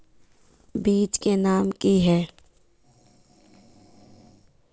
बीज के नाम की है?